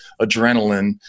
adrenaline